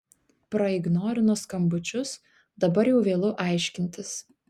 praignorino skambučius dabar jau vėlu aiškintis